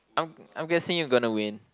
I'm I'm guessing you gonna win